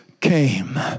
came